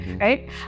right